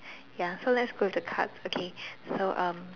ya so let's go to cards okay so um